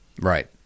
Right